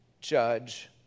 judge